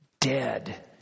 dead